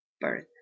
birth